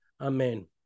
Amen